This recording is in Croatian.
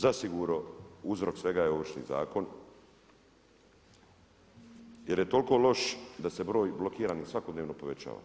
Zasigurno uzrok svega je Ovršni zakon jer je toliko loš da se broj blokiranih svakodnevno povećava.